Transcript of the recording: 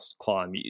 climb